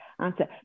answer